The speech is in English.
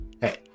Hey